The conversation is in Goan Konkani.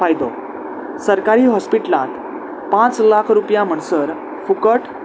फायदो सरकारी हॉस्पिटलांत पांच लाख रुपया म्हणसर फुकट